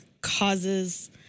causes